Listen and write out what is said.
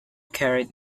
carried